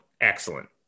Excellent